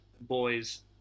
Boys